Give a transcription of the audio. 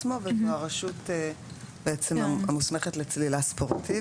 עצמו הרשות המוסמכת לצלילה ספורטיבית.